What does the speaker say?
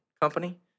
company